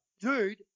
Dude